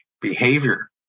behavior